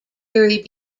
geary